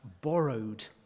borrowed